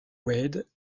wade